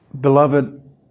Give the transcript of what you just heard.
Beloved